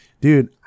dude